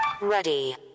Ready